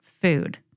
food